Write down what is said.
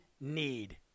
need